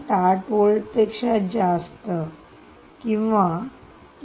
8 पेक्षा जास्त किंवा 3